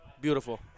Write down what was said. beautiful